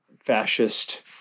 fascist